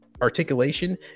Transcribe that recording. articulation